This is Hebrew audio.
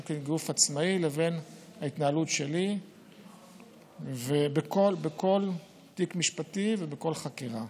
כגוף עצמאי לבין ההתנהלות שלי בכל תיק משפטי ובכל חקירה.